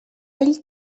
ell